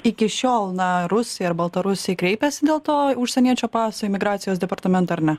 iki šiol na rusai ar baltarusiai kreipėsi dėl to užsieniečio paso į migracijos departamentą ar ne